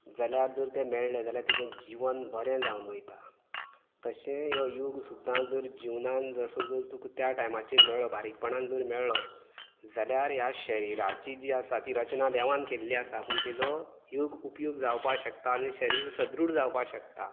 जाल्यार जर तें मेळ्ळे जाल्यार तेजे जीवन बरें जावून वयता तशें यो योग सुद्दां जर जिवनान जसो जर तुका त्या टायमाचेर मेळ्ळो बारीकपणान जर मेळ्ळो जाल्यार ह्या शरीराची जी आसा ती रचना देवान केल्ली आसा पूण तेजो योग्य उपयोग जावपाक शकता आनी शरीर सदरूढ जावपा शकता